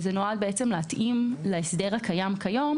הוא נועד להתאים להסדר הקיים היום,